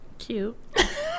cute